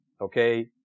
Okay